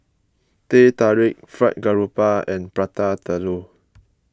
Teh Tarik Fried Garoupa and Prata Telur